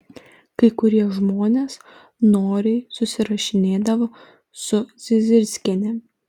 kai kurie žmonės noriai susirašinėdavo su zizirskiene